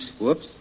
Whoops